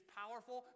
powerful